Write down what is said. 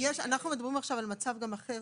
אנחנו מדברים עכשיו על מצב גם אחר,